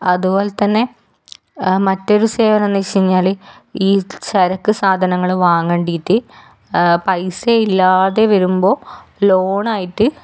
അതുപോലെ തന്നെ മറ്റൊരു സേവനം എന്ന് വെച്ചു കഴിഞ്ഞാൽ ഈ ചരക്ക് സാധനങ്ങൾ വാങ്ങേണ്ടീട്ട് പൈസ ഇല്ലാതെ വരുമ്പോൾ ലോണായിട്ട്